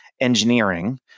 engineering